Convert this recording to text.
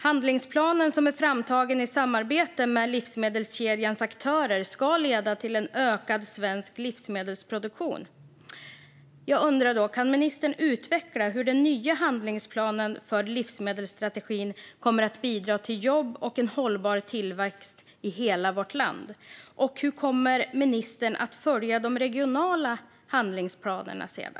Handlingsplanen, som är framtagen i samarbete med livsmedelskedjans aktörer, ska leda till en ökad svensk livsmedelsproduktion. Kan ministern utveckla hur den nya handlingsplanen för livsmedelsstrategin kommer att bidra till jobb och en hållbar tillväxt i hela vårt land? Och hur kommer ministern sedan att följa de regionala handlingsplanerna?